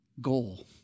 goal